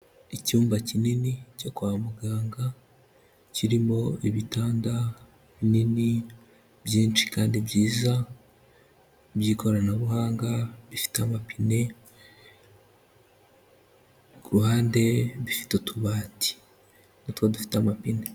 Icyumba kinini cyo kwa muganga, kirimo ibitanda binini byinshi kandi byiza by'ikoranabuhanga bifite amapine, ku ruhande bfite utubati na two dufite amapine.